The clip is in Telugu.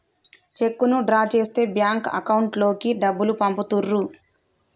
చెక్కును డ్రా చేస్తే బ్యాంక్ అకౌంట్ లోకి డబ్బులు పంపుతుర్రు